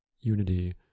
unity